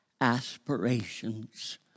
aspirations